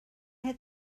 had